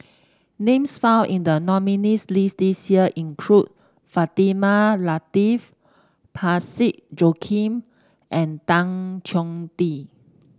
names found in the nominees' list this year include Fatimah Lateef Parsick Joaquim and Tan Choh Tee